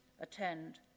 attend